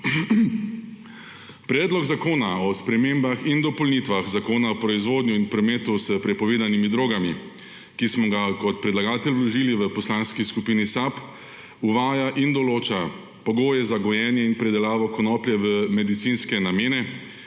Predlog zakona o spremembah in dopolnitvah Zakona o proizvodnji in prometu s prepovedanimi drogami, ki smo ga kot predlagatelj vložili v Poslanski skupini SAB, uvaja in določa pogoje za gojenje in predelavo konoplje v medicinske namene,